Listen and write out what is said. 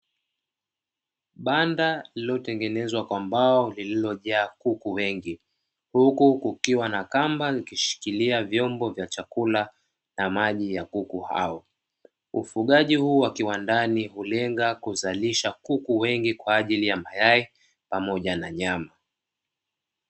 Banda lililotengenezwa kwa mbao lililojaa kuku wengi huku kukiwa na kamba ikishikiliwa vyombo vya maji na chakula ya kuku hao, ufugaji huu wa kiwandani hulenga kuzalisha kuku wengi kwa ajili ya mayai pamoja na nyama.